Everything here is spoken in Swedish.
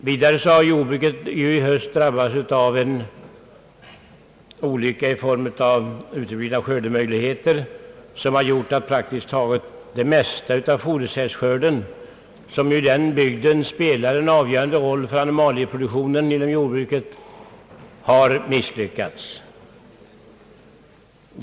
Vidare har jordbruket i höst drabbats av en olycka i form av uteblivna skör demöjligheter, vilket har gjort att nästan det mesta av fodersädesskörden, som i denna bygd spelar en avgörande roll för animalieproduktionen inom jordbruket, har misslyckats.